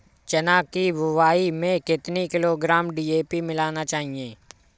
चना की बुवाई में कितनी किलोग्राम डी.ए.पी मिलाना चाहिए?